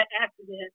accident